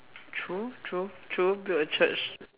true true true build a church